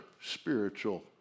spiritual